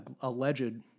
alleged